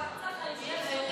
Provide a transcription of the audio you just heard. אני גם רוצה חיים שכאלה.